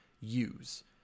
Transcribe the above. use